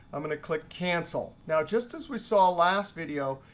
i'm going to click cancel. now just as we saw last video,